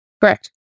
Correct